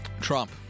Trump